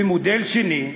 ומודל שני,